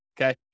okay